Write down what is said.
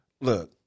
Look